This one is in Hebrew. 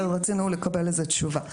רצינו לקבל על זה תשובה.